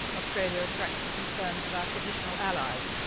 australia attracts the concerns of our traditional allies,